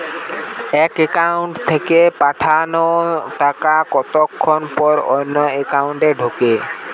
এক একাউন্ট থেকে পাঠানো টাকা কতক্ষন পর অন্য একাউন্টে ঢোকে?